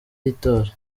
y’itora